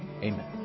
Amen